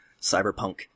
cyberpunk